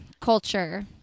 culture